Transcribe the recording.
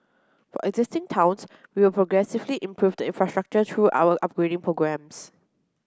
for existing towns we will progressively improve the infrastructure through our upgrading programmes